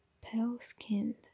pale-skinned